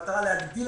יוצאים להירגע